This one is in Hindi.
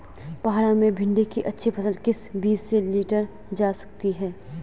पहाड़ों में भिन्डी की अच्छी फसल किस बीज से लीटर जा सकती है?